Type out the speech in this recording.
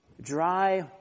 dry